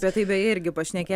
bet tai beje irgi pašnekė